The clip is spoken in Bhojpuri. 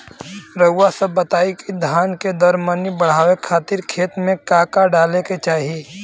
रउआ सभ बताई कि धान के दर मनी बड़ावे खातिर खेत में का का डाले के चाही?